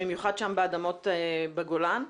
במיוחד שם באדמות בגולן.